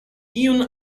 iun